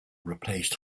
replaced